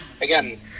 again